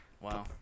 Wow